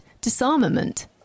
disarmament